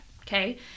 okay